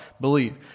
Believe